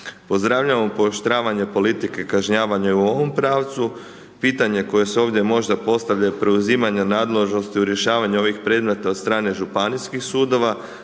Pozdravljamo pooštravanje politike kažnjavanja u ovom pravcu, pitanja koja su možda ovdje postavljaju je preuzimanja u nadležnosti u rješavanju ovih predmeta od strane županijskih sudova.